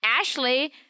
Ashley